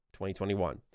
2021